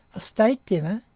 a state dinner,